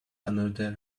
another